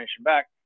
back